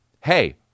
hey